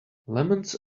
lemons